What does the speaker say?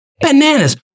Bananas